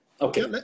okay